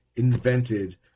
Invented